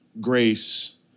grace